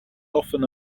often